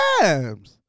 times